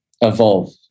evolve